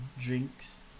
drinks